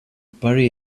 bury